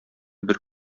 бер